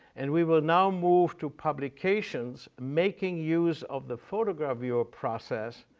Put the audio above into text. and we will now move to publications making use of the photogravure process,